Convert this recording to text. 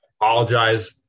apologize